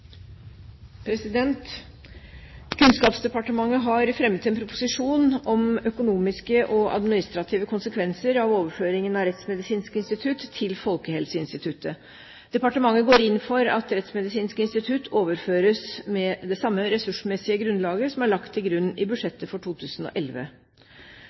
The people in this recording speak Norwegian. Kunnskapsdepartementet har fremmet en proposisjon om økonomiske og administrative konsekvenser av overføringen av Rettsmedisinsk institutt til Folkehelseinstituttet. Departementet går inn for at Rettsmedisinsk institutt overføres med det samme ressursmessige grunnlaget som er lagt til grunn i